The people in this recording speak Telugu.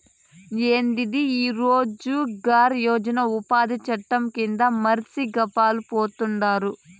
యాందిది ఈ రోజ్ గార్ యోజన ఉపాది చట్టం కింద మర్సి గప్పాలు పోతండారు